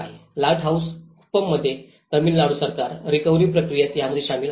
lighthouse कुप्पममध्ये तमिळनाडू सरकार recovery प्रक्रियेत यामध्ये सामील आहे